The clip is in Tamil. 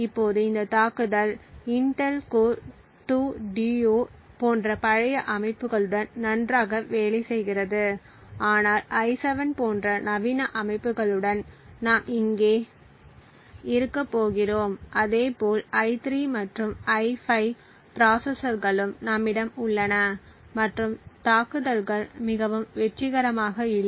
இப்போது இந்த தாக்குதல் இன்டெல் கோர் 2 டியோ போன்ற பழைய அமைப்புகளுடன் நன்றாக வேலை செய்கிறது ஆனால் i7 போன்ற நவீன அமைப்புகளுடன் நாம் இங்கே இருக்கப் போகிறோம் அதே போல் i3 மற்றும் i5 ப்ராசசர்களும் நம்மிடம் உள்ளன மற்றும் தாக்குதல்கள் மிகவும் வெற்றிகரமாக இல்லை